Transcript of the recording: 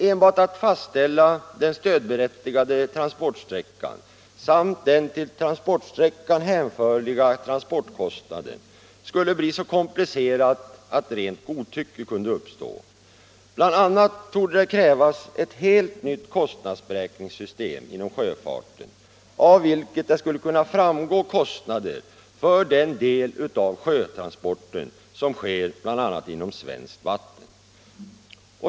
Enbart att fastställa den stödberättigade transportsträckan samt den till transportsträckan hänförliga transportkostnaden skulle bli så komplicerat att rent godtycke kunde uppstå. Bl. a. torde det krävas ett helt nytt kostnadsberäkningssystem inom sjöfarten, av vilket skulle kunna framgå kostnader för den del av sjötransporten som sker inom svenskt vatten.